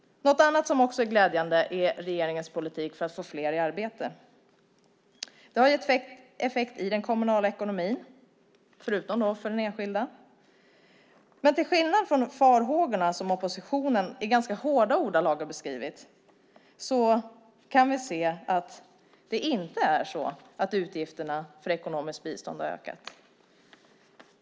Något annat som är glädjande är regeringens politik för att få fler i arbete. Det har gett effekt i den kommunala ekonomin, förutom för den enskilda. Oppositionen har i ganska hårda ordalag beskrivit farhågorna, men vi kan se att det inte är så att utgifterna för ekonomiskt bistånd har ökat.